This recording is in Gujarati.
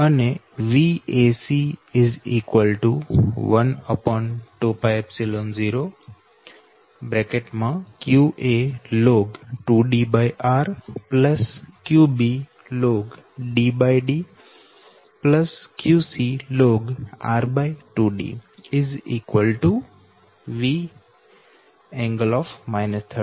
અનેVac120 qaln 2Dr qbln DD qcln r2D Vㄥ 300